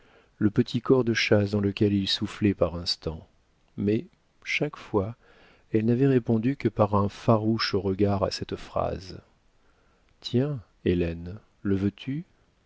le petit cor de chasse dans lequel il soufflait par instants mais chaque fois elle n'avait répondu que par un farouche regard à cette phrase tiens hélène le veux-tu